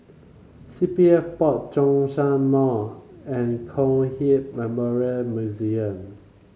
C P F Board Zhongshan Mall and Kong Hiap Memorial Museum